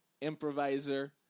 improviser